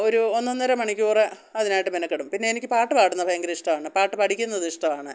ഒരു ഒന്നൊന്നര മണിക്കൂർ അതിനായിട്ട് മെനക്കെടും പിന്നെ എനിക്ക് പാട്ടു പാടുന്ന ഭയങ്കര ഇഷ്ടമാണ് പാട്ടു പഠിക്കുന്നത് ഇഷ്ടമാണ്